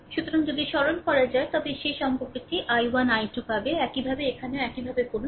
সুতরাং যদি সরল করা যায় তবে সেই সম্পর্কটি I1 I2 পাবে একইভাবে এখানেও একইভাবে করুন